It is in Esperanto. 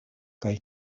kaj